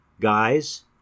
guys